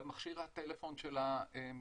במכשיר הטלפון של המשתמש.